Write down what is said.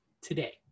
today